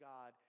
God